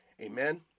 Amen